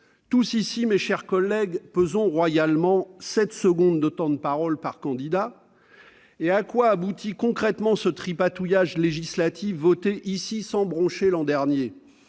nous, mes chers collègues, pèse royalement sept secondes de temps de parole par candidat ; et que donne concrètement ce tripatouillage législatif voté ici sans broncher l'an dernier ?